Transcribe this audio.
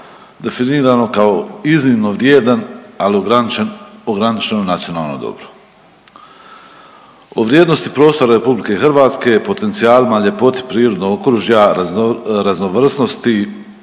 definirano kao iznimno vrijedan ali ograničen, ograničeno nacionalno dobro. O vrijednosti prostora RH, potencijalima, ljepoti prirodnog okružja, raznovrsnosti,